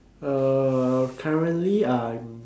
uh currently I'm